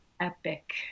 epic